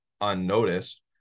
unnoticed